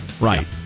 Right